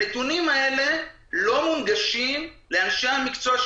הנתונים האלה לא מונגשים לאנשי המקצוע,